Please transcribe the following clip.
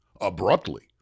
abruptly